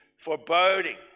foreboding